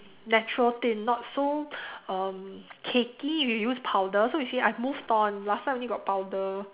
natural thin not so um cakey you use powder so you see I've moved on last time only got powder